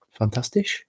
Fantastisch